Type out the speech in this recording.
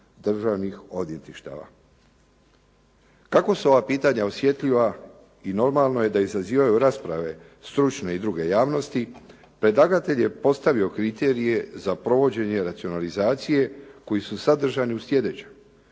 državnih odvjetništava. Kako su ova pitanja osjetljiva i normalno je da izazivaju rasprave stručne i druge javnosti, predlagatelj je postavio kriterije za provođenje racionalizacije koji su sadržani u sljedećem: